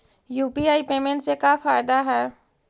UPI payment से का फायदा है?